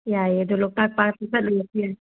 ꯌꯥꯏꯑꯦ ꯑꯗꯣ ꯂꯣꯛꯇꯥꯛ ꯄꯥꯠꯇ ꯆꯠꯂꯨꯔꯁꯨ ꯌꯥꯏ